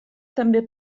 també